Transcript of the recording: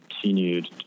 continued